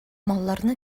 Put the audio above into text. малларны